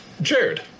Jared